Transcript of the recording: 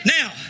Now